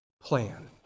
plan